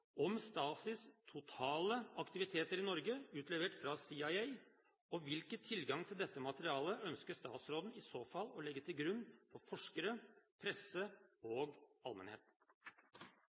om Stasis totale aktiviteter i Norge utlevert fra CIA, og hvilken tilgang til dette materialet ønsker statsråden i så fall å legge til grunn for forskere, presse og allmennhet?